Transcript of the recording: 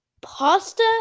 Pasta